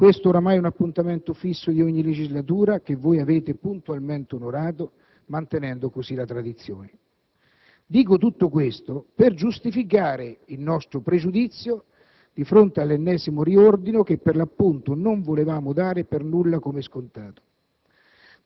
Questo oramai è un appuntamento fisso di ogni legislatura che voi avete puntualmente onorato mantenendo così la tradizione. Dico tutto questo per giustificare il nostro pregiudizio di fronte all'ennesimo riordino che, per l 'appunto, non volevamo dare per nulla come scontato.